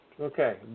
Okay